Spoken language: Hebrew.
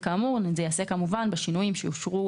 כאמור, זה ייעשה כמובן בשינויים שאושרו